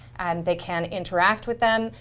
they can interact with them.